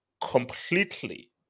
completely